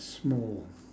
small